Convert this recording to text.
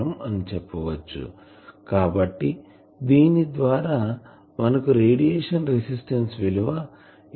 అని చెప్పవచ్చు కాబట్టి దీని ద్వారా మనకు రేడియేషన్ రెసిస్టన్స్ విలువ 87